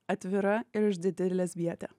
atvira ir išdidi lesbietė